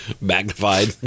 magnified